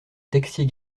texier